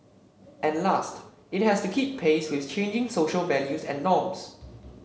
and last it has to keep pace with changing social values and norms